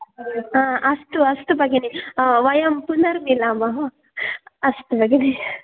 आ अस्तु अस्तु भगिनि वयं पुनर्मिलामः अस्तु भगिनी